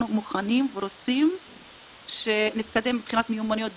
מוכנים ורוצים להתקדם מבחינת מיומנויות דיגיטליות.